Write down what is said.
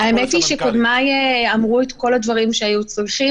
האמת היא שקודמיי אמרו את כל הדברים שהיה צריך.